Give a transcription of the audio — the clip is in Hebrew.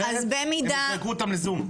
אחרת הם ישלחו אותם לזום.